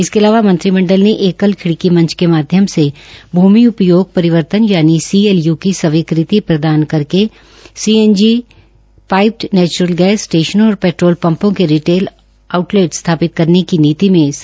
इसके अलावा मंत्रिमंडल ने एकल खिड़ी मंच के माध्यम से भूमि उपयोग परिवर्तन यानि सीएलयू की स्वीकृत प्रदान करके सीएसजी पाइप्ड नेच्रल गैस स्टेशनों और पैट्रोल पंपों के रिटले आऊटलेट स्थापित करने की नीति में संशोधन करने का निर्णय लिया है